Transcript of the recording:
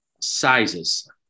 sizes